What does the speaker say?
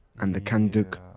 and the kanduk,